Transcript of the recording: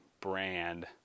brand